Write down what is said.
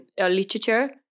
literature